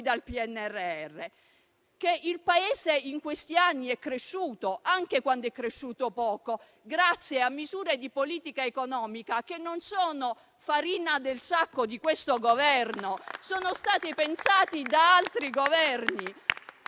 dal PNRR? Che il Paese in questi anni è cresciuto, anche quando è cresciuto poco, grazie a misure di politica economica che non sono farina del sacco di questo Governo, ma sono state pensate da altri Governi.